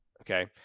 Okay